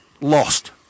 Lost